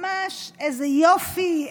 ממש איזה יופי,